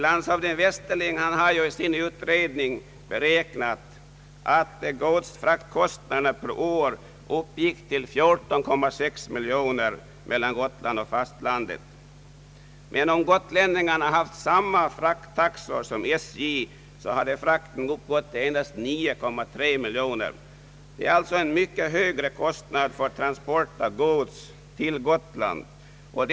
Landshövding Westerlind har i sin utredning beräknat att godsfraktkostnaderna per år uppgår till 14,6 miljoner kronor vid transporter mellan Gotland och fastlandet, men att fraktkostnaderna, om gotlänningarna haft samma frakttaxor som SJ, uppgått till endast 9,3 miljoner kronor. Kostnaderna för transport av gods till Gotland är alltså mycket högre.